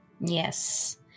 Yes